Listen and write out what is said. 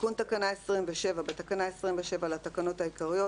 "תיקון תקנה 277. בתקנה 27 לתקנות העיקריות,